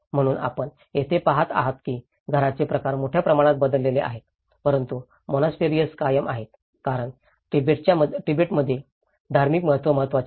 म्हणून आपण येथे पाहत आहोत की घराचे प्रकार मोठ्या प्रमाणात बदलले आहेत परंतु मोनास्टरीएस कायम आहेत कारण तिबेट्यांमध्ये धार्मिक महत्त्व महत्त्वाचे आहे